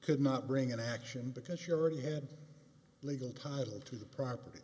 could not bring an action because surety had legal title to the property